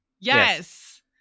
Yes